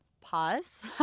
pause